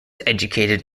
educated